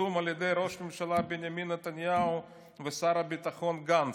חתום על ידי ראש הממשלה בנימין נתניהו ושר הביטחון גנץ: